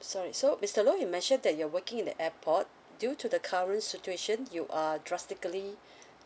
sorry so mister low you mentioned that you are working at the airport due to the current situation you are drastically